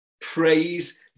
praise